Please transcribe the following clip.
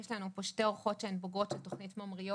יש לנו פה שתי אורחות שהן בוגרות של תוכנית "ממריאות",